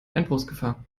einbruchsgefahr